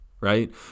right